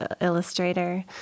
illustrator